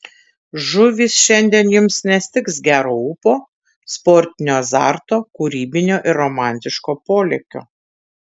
žuvys šiandien jums nestigs gero ūpo sportinio azarto kūrybinio ir romantiško polėkio